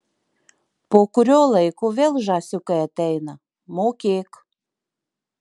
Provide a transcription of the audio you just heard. po kurio laiko vėl žąsiukai ateina mokėk